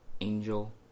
Angel